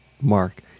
mark